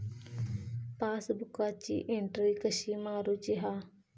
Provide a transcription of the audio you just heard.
पासबुकाची एन्ट्री कशी मारुची हा?